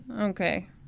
okay